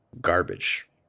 Garbage